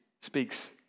speaks